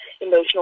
Emotional